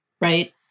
right